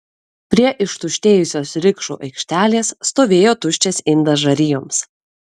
prie ištuštėjusios rikšų aikštelės stovėjo tuščias indas žarijoms